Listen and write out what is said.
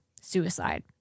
Suicide